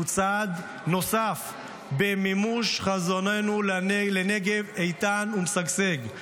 זהו צעד נוסף במימוש חזוננו לנגב איתן ומשגשג,